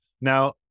Now